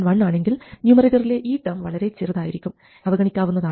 1 ആണെങ്കിൽ ന്യൂമറേറ്ററിലെ ഈ ടേം വളരെ ചെറുതായിരിക്കും ഇതിനെ അവഗണിക്കുന്നതാണ്